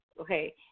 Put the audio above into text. Okay